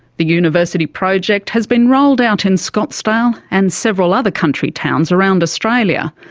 the university project has been rolled out in scottsdale and several other country towns around australia.